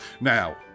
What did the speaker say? Now